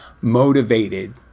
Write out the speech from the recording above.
motivated